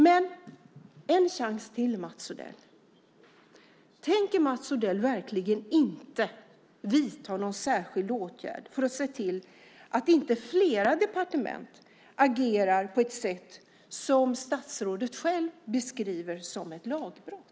Men det blir en chans till, Mats Odell: Tänker Mats Odell verkligen inte vidta någon särskild åtgärd för att se till att inte fler departement agerar på ett sätt som statsrådet själv beskriver som ett lagbrott?